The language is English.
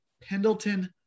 Pendleton